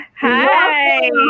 Hi